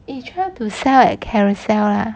eh try to sell at carousel lah